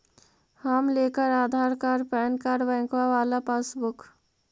हम लेकर Aadhaar card PAN card बैंकवा वाला पासबुक?